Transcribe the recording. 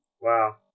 wow